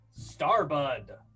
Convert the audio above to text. Starbud